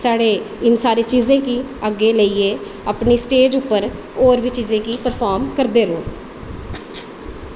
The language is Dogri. इनें सारीं चीज़ें गी अपनी चीज़ें गी अग्गें लेइयै स्टेज़ उप्पर लेइयै परफार्म करदे रवो